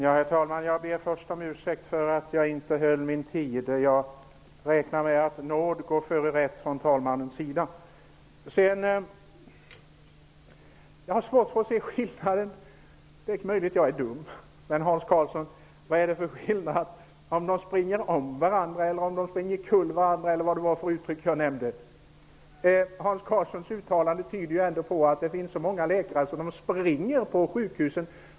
Herr talman! Jag ber först om ursäkt för att jag inte höll min talartid. Jag räknar med att talmannen låter nåd gå före rätt. Det är möjligt att jag är dum, Hans Karlsson, men jag har svårt att se vad det för skillnad på om läkarna springer om varandra eller i kull varandra, vilket uttryck det nu var som jag använde. Hans Karlssons uttalande tyder ju ändå på att det finns många läkare som springer på sjukhemmen.